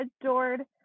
adored